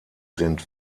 sind